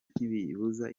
ntibibuza